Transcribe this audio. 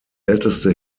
älteste